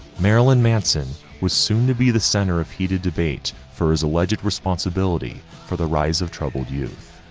marilyn manson was soon to be the center of heated debate for his alleged responsibility for the rise of troubled youth.